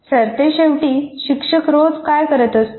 सरतेशेवटी शिक्षक रोज काय करत असतो